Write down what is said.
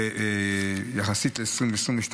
יחסית ל-2020,